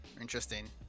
Interesting